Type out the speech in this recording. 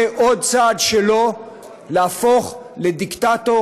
זה עוד צעד שלו להפוך לדיקטטור,